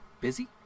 busy